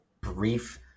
brief